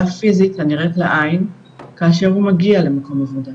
פיזית הנראית לעין כאשר הוא מגיע למקום עבודה